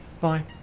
bye